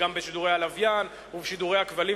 וגם בשידורי הלוויין ובשידורי הכבלים.